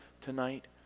tonight